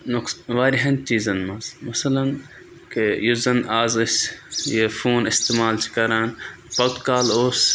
نۄقص واریاہَن چیٖزَن منٛز مثلَن کہِ یُس زَن آز أسۍ یہِ فون استعمال چھِ کَران پوٚت کال اوس